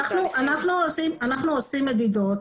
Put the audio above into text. אנחנו עושים מדידות.